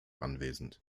anwesend